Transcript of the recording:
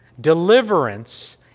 deliverance